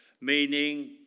meaning